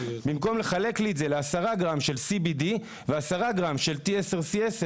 במקום לחלק לי את זה ל-10 גרם של CBD ו-10 גרם של T10/C10,